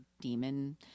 demon